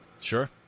Sure